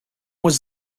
was